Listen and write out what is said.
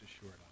assured